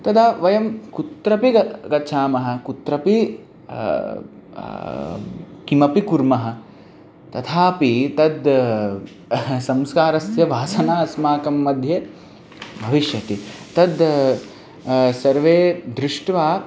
तदा वयं कुत्रपि ग गच्छामः कुत्रापि किमपि कुर्मः तथापि तद् संस्कारस्य वासना अस्माकं मध्ये भविष्यति तद् सर्वे दृष्ट्वा